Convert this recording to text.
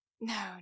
No